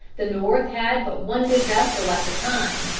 the north had but one good vessel at the time,